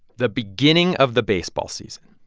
the beginning of the baseball season,